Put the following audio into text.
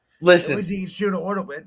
Listen